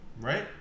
right